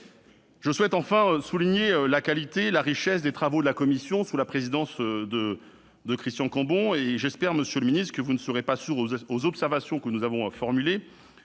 je souhaite souligner la qualité et la richesse des travaux de la commission, sous la présidence de Christian Cambon. J'espère, monsieur le ministre, que vous ne serez pas sourd aux observations que nous avons formulées